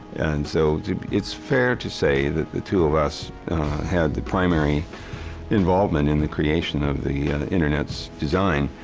and so it's fair to say that the two of us had the primary involvement in the creation of the internet's design.